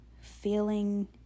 feeling